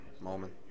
moment